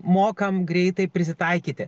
mokam greitai prisitaikyti